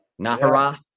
Nahara